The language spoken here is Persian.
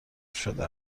شده